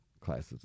classes